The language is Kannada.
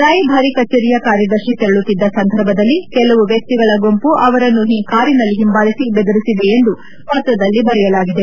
ರಾಯಭಾರಿ ಕಚೇರಿಯ ಕಾರ್ಯದರ್ತಿ ತೆರಳತ್ತಿದ್ದ ಸಂದರ್ಭದಲ್ಲಿ ಕೆಲವು ವ್ಯಕ್ತಿಗಳ ಗುಂಪು ಅವರನ್ನು ಕಾರಿನಲ್ಲಿ ಹಿಂಬಾಲಿಸಿ ದೆದರಿಸಿದೆ ಎಂದು ಪತ್ರದಲ್ಲಿ ಬರೆಯಲಾಗಿದೆ